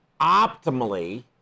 optimally